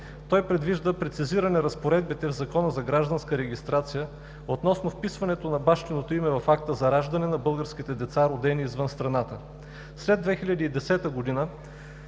Той предвижда прецизиране на разпоредбите в Закона за гражданската регистрация относно вписването на бащиното име в акта за раждане на българските деца, родени извън страната. След 2010 г.